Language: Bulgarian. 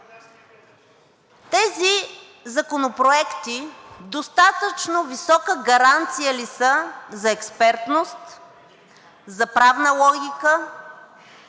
тези законопроекти достатъчно висока гаранция ли са за експертност, за правна логика,